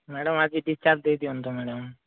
madam ଆଜି discharge ଦେଇଦିଅନ୍ତୁ madam